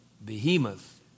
behemoth